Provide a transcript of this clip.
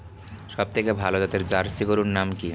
সবথেকে ভালো জাতের জার্সি গরুর নাম কি?